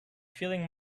feeling